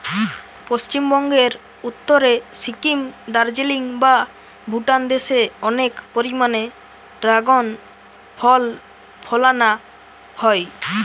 পশ্চিমবঙ্গের উত্তরে সিকিম, দার্জিলিং বা ভুটান দেশে অনেক পরিমাণে দ্রাগন ফল ফলানা হয়